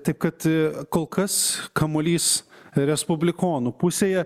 tai kad kol kas kamuolys respublikonų pusėje